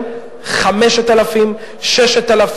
אה, יש לו עוד שאילתא, סליחה.